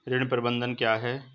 ऋण प्रबंधन क्या है?